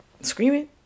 screaming